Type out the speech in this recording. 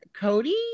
Cody